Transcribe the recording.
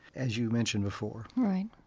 as you mentioned before right.